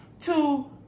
Two